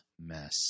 mess